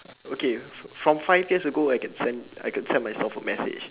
okay from five years ago if I can send myself a message